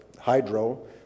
hydro